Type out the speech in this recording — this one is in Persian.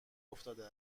افتاده